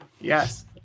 Yes